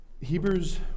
Hebrews